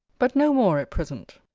but no more at present.